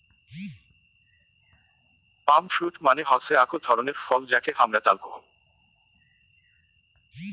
পাম fruit মানে হসে আক ধরণের ফল যাকে হামরা তাল কোহু